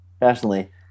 Personally